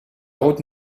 route